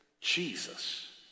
Jesus